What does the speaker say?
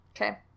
Okay